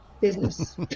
business